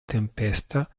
tempesta